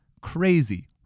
Crazy